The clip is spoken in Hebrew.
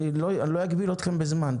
אני לא אגביל אתכם בזמן,